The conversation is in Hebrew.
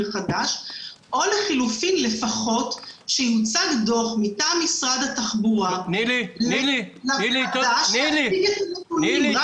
או לחילופין לפחות שיוצג דוח מטעם משרד התחבורה שיציג את הנתונים.